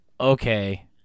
Okay